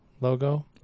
logo